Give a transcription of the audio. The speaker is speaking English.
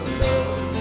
love